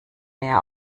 mehr